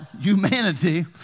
humanity